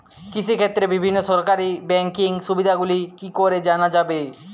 কৃষিক্ষেত্রে বিভিন্ন সরকারি ব্যকিং সুবিধাগুলি কি করে জানা যাবে?